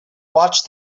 watched